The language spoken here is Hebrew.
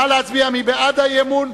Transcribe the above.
נא להצביע, מי בעד האי-אמון?